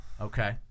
Okay